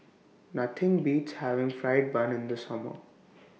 Nothing Beats having Fried Bun in The Summer